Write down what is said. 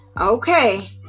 Okay